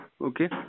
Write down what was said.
Okay